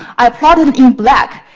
are plotted in black.